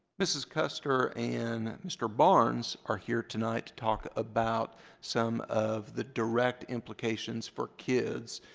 mrs. custer and mr. barnes are here tonight to talk about some of the direct implications for kids,